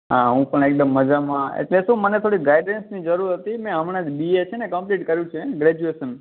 હા હું પણ એકદમ મજામાં એટલે શું મને થોડીક ગાઈડન્સની જરૂર હતી મેં હમણાં જ બી એ છે ને કમ્પલીટ કર્યું છે ગ્રૅજ્યુએશન